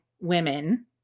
women